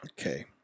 Okay